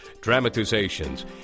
dramatizations